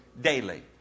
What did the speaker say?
daily